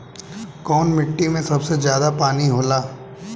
कौन मिट्टी मे सबसे ज्यादा पानी होला?